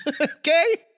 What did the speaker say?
Okay